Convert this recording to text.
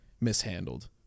mishandled